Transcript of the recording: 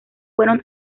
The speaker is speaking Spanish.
fueron